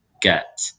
get